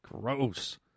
Gross